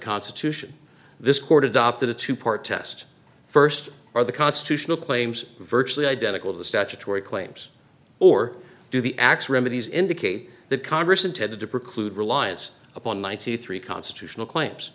constitution this court adopted a two part test first or the constitutional claims virtually identical of the statutory claims or do the acts remedies indicate that congress intended to preclude reliance upon ninety three constitutional claims